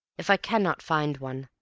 if i cannot find one,